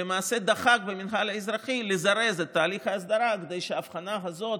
דחק במינהל האזרחי לזרז את תהליך ההסדרה כדי שההבחנה הזאת